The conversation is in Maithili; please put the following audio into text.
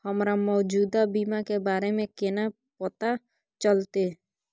हमरा मौजूदा बीमा के बारे में केना पता चलते?